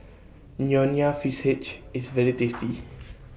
Nonya Fish IS very tasty